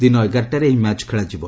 ଦିନ ଏଗାରଟାରେ ଏହି ମ୍ୟାଚ୍ ଖେଳାଯିବ